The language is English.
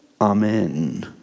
Amen